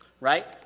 right